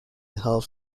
health